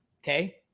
Okay